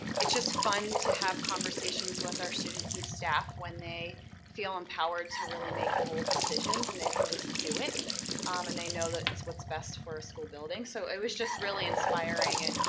just fun to have conversations with our students and staff when they feel empowered to really make bold decisions and they can just do it um and they know that it's what's best for our school building. so, it was just really inspiring and um